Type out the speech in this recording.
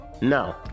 No